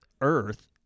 earth